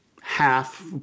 half